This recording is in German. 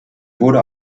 wurde